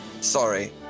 sorry